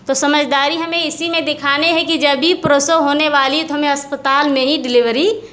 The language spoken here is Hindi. तो समझदारी हमें इसी में दिखाने है कि जब भी प्रसव होने वाली हमें अस्पताल में ही डिलीवरी